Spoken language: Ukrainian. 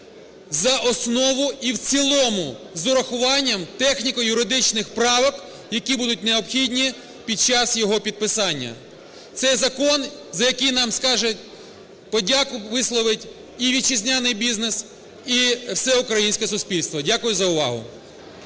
за основу і в цілому з урахуванням техніко-юридичних правок, які будуть необхідні під час його підписання. Цей закон, за який нам скаже, подяку висловить і вітчизняний бізнес, і все українське суспільство. Дякую за увагу.